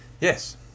Yes